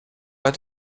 pas